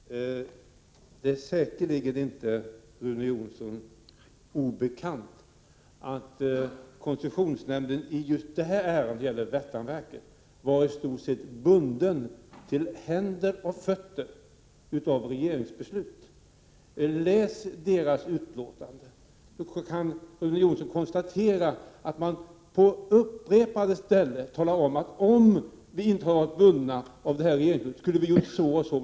Herr talman! Det är säkerligen inte Rune Jonsson obekant att konces 31 maj 1988 sionsnämnden i just det ärende som rörde Värtanverket i stort sett var bunden till händer och fötter av regeringsbeslut. Läs dess utlåtande! Då kan Rune Jonsson konstatera att nämnden på upprepade ställen talar om att om den inte hade varit bunden av regeringsbeslutet skulle den ha handlat på ett annat sätt.